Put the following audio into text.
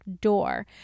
door